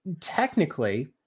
Technically